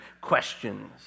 questions